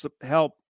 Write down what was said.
help